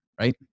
right